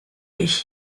ich